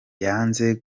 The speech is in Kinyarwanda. yanze